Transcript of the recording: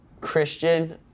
Christian